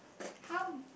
how